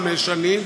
חמש שנים,